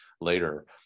later